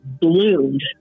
bloomed